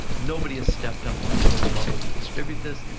nobody has stepped up on a global level to distribute this.